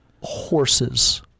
horses